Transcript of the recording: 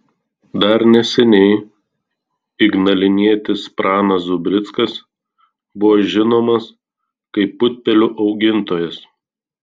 dar neseniai ignalinietis pranas zubrickas buvo žinomas kaip putpelių augintojas